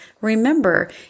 remember